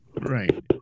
Right